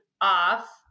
off